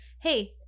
Hey